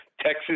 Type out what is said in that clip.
Texas